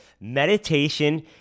meditation